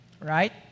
right